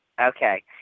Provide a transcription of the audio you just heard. Okay